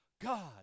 God